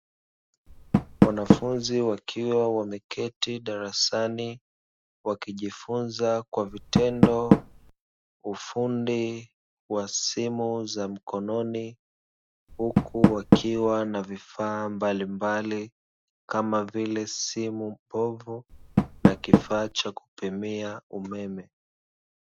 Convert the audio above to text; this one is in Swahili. Wanafunzi wakiwa wameketi darasani wakijifunza kwa vitendo ufundi wa simu za mkononi huku wakiwa na vifaa mbalimbali kama vile: simu mbovu na kifaa cha kupimia umeme.